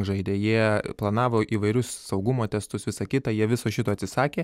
žaidė jie planavo įvairius saugumo testus visa kita jie viso šito atsisakė